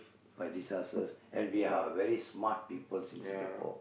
by disasters and we are very smart people in Singapore